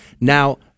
Now